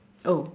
oh